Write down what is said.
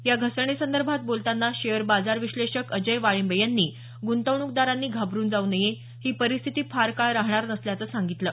या घसरणीसंदर्भात बोलतांना शेअर बाजारविश्लेषक अजय वाळिंबे यांनी गृंतवणूकदारांनी घाबरून जाऊ नये ही परिस्थिती फार काळ राहणार नसल्याचं सांगितलं